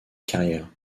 carrière